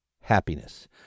happiness